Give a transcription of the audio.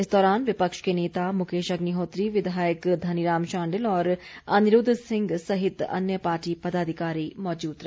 इस दौरान विपक्ष के नेता मुकेश अग्निहोत्री विधायक धनीराम शांडिल और अनिरूद्ध सिंह सहित अन्य पार्टी पदाधिकारी मौजूद रहे